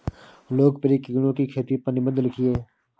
लोकप्रिय कीड़ों की खेती पर निबंध लिखिए